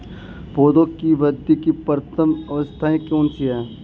पौधों की वृद्धि की प्रथम अवस्था कौन सी है?